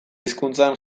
hizkuntzan